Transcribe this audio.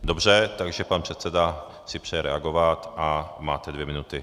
Dobře, takže pan předseda si přeje reagovat a máte dvě minuty.